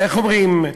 איך אומרים,